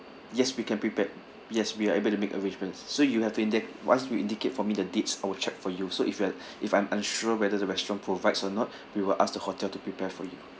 yes we can prepare yes we're able to make arrangements so you have to inde~ once you indicate for me the dates I'll check for you so if you are if I'm unsure whether the restaurant provides or not we will ask the hotel to prepare for you